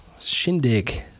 Shindig